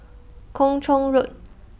Kung Chong Road